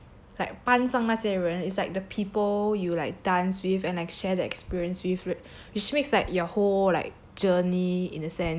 like 班上那些人 it's like the people you like dance with and like share the experience with which makes like your whole like journey in a sense